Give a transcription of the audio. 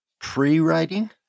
pre-writing